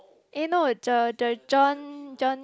eh no the the John John